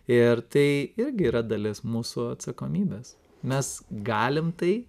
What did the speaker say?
ir tai irgi yra dalis mūsų atsakomybės mes galim tai